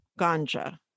ganja